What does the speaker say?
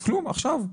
עכשיו.